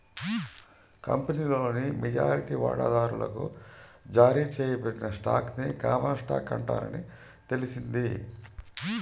కంపెనీలోని మెజారిటీ వాటాదారులకు జారీ చేయబడిన స్టాక్ ని కామన్ స్టాక్ అంటారని తెలిసింది